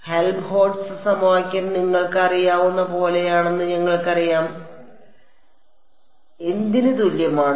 Helmholtz സമവാക്യം നിങ്ങൾക്ക് അറിയാവുന്നത് പോലെയാണെന്ന് ഞങ്ങൾക്കറിയാം എന്തിന് തുല്യമാണ്